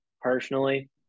personally